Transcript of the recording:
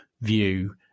view